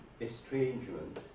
estrangement